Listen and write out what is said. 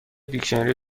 دیکشنری